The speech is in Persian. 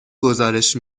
گزارش